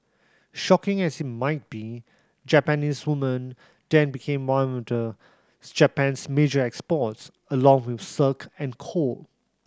shocking as it might be Japanese women then became one of Japan's major exports along with silk and coal